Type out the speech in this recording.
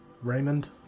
Raymond